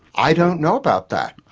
i don't know about that,